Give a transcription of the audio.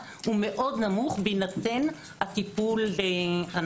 הוא מאוד נמוך בהינתן הטיפול הנכון.